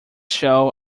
show